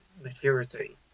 maturity